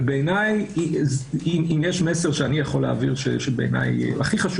אם יש מסר שאני יכול להעביר שבעיניי הוא חשוב